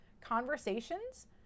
conversations